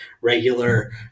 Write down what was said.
regular